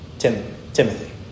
Timothy